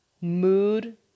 mood